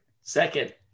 Second